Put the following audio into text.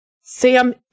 Sam